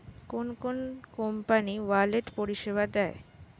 কোন কোন company wallet পরিষেবা দেয়?